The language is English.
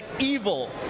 evil